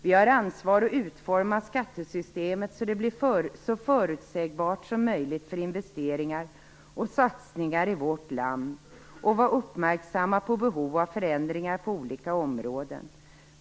Vi har ansvar att utforma skattesystemet så att det blir så förutsägbart som möjligt för investeringar och satsningar i vårt land och vara uppmärksamma på behov av förändringar på olika områden.